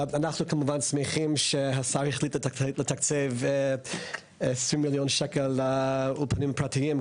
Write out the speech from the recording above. אנחנו כמובן שמחים שהשר החליט לתקצב 20 מיליון שקל לאולפנים הפרטיים.